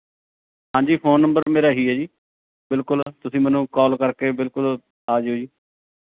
ਹਾਂਜੀ phone number ਮੇਰਾ ਇਹ ਹੀ ਹੈ ਜੀ ਬਿਲਕੁਲ ਤੁਸੀਂ ਮੈਨੂੰ ਕਾਲ ਕਰਕੇ ਬਿਲਕੁਲ ਆ ਜਾਇਉ ਜੀ